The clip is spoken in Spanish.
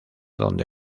donde